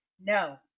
no